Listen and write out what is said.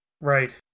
Right